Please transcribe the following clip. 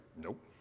Nope